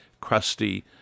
crusty